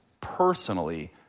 personally